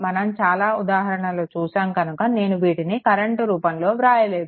మనం చాలా ఉదాహరణలు చూశాము కనుక నేను వీటిని కరెంట్ రూపంలో వ్రాయలేదు